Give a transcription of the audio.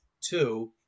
two